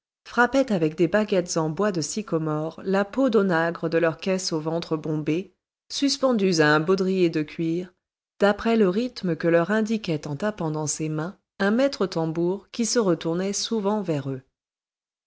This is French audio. frappaient avec des baguettes en bois de sycomore la peau d'onagre de leurs caisses au ventre bombé suspendues à un baudrier de cuir d'après le rythme que leur indiquait en tapant dans ses mains un maître tambour qui se retournait souvent vers eux